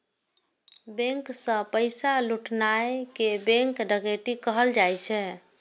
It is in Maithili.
बैंक सं पैसा लुटनाय कें बैंक डकैती कहल जाइ छै